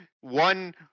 one